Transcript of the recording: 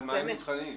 על מה הם נבחנים?